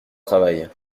travail